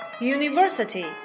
University